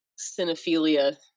cinephilia